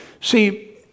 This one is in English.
See